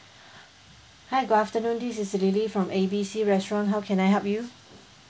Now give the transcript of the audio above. hi good afternoon this is lily from A B C restaurant how can I help you